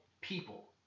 people